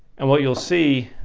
and what you'll see,